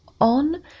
on